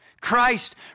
Christ